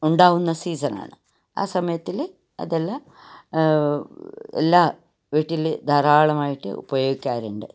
ഉണ്ടാകുന്ന സീസണാണ് ആ സമയത്തിൽ അതെല്ലാം എല്ലാ വീട്ടിലും ധാരാളമായിട്ട് ഉപയോഗിക്കാറുണ്ട്